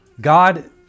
God